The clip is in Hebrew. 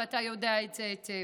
ואתה יודע את זה היטב.